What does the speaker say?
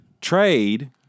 trade